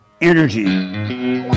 Energy